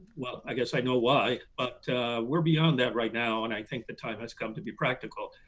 well, i guess i know why. but we're beyond that right now, and i think the time has come to be practical.